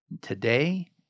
Today